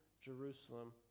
Jerusalem